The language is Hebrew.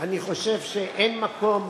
אני חושב שאין מקום,